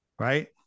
Right